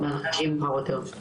תודה.